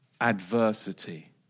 adversity